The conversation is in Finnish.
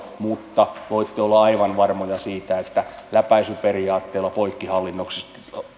mutta voitte olla aivan varmoja siitä että läpäisyperiaatteella poikkihallinnolliset